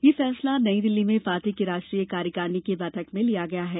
यह फैसला नई दिल्ली में पार्टी की राष्ट्रीय कार्यकारिणी की बैठक में लिया गया है